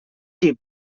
chief